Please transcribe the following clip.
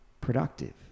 productive